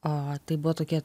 o tai buvo tokie